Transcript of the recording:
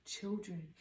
children